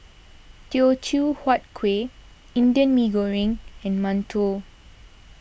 Teochew Huat Kueh Indian Mee Goreng and Mantou